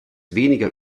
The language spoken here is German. weniger